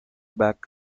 back